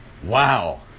Wow